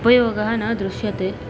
उपयोगः न दृश्यते